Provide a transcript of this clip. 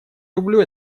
люблю